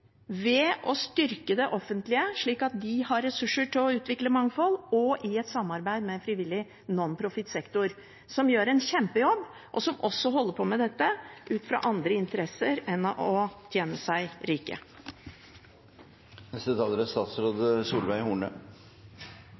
ved å styrke det offentlige, slik at de har ressurser til å utvikle mangfold, også i et samarbeid med frivillig nonprofit-sektor – som gjør en kjempejobb, og som også holder på med dette ut fra andre interesser enn å tjene seg rike. Det er